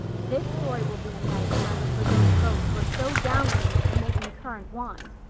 this story will be a nice handle for those folks who are so down on me for making currant wine,